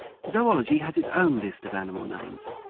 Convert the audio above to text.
zoology has its own list of animal names.